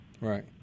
Right